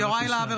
(קוראת בשמות חברי הכנסת) יוראי להב הרצנו,